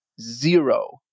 zero